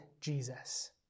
Jesus